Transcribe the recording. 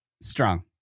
strong